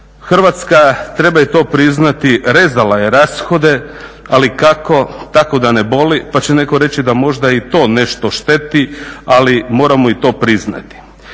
Hrvatska, treba i to priznati, rezala je rashode ali kako? Tako da ne boli. Pa će netko reći da možda i to nešto šteti ali moramo i to priznati.